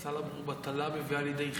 חז"ל אמרו: "בטלה מביאה לידי חטא".